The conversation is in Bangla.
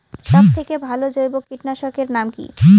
সব থেকে ভালো জৈব কীটনাশক এর নাম কি?